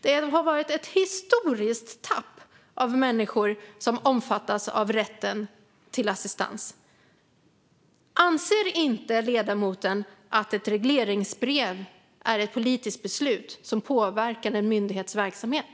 Det har varit ett historiskt tapp av människor som omfattas av rätten till assistans. Anser inte ledamoten att ett regleringsbrev är ett politiskt beslut som påverkar en myndighets verksamhet?